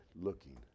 looking